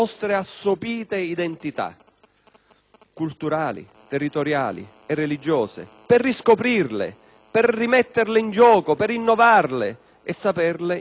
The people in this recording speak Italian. culturali, territoriali e religiose; per riscoprirle e rimetterle in gioco, per innovarle e saperle integrare. Certo,